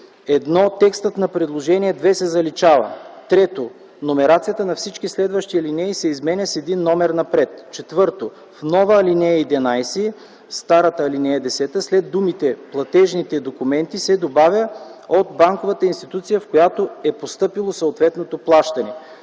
едно текстът на предложение две се заличава. 3. Номерацията на всички следващи алинеи се изменя с един номер напред. 4. В нова ал. 11 (стара ал. 10) след думите „платежните документи” се добавя „от банковата институция, в която е постъпило съответното плащане”.